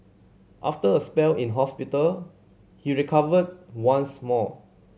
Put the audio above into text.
after a spell in hospital he recovered once more